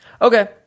Okay